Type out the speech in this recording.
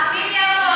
תאמין לי,